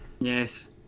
Yes